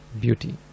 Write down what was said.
beauty